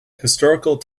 historical